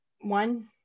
One